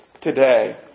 today